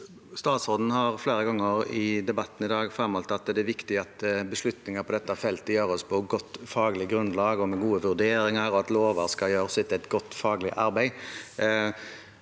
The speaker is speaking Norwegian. Statsråden har flere ganger i debatten i dag framholdt at det er viktig at beslutninger på dette feltet gjøres på godt faglig grunnlag og med gode vurderinger, og at lover skal lages etter et godt faglig arbeid.